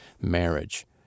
marriage